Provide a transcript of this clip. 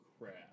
crap